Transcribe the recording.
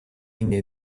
мнения